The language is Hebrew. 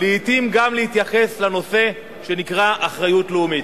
לעתים גם מה שנקרא "אחריות לאומית".